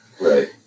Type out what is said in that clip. right